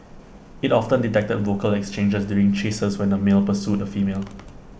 IT often detected vocal exchanges during chases when A male pursued A female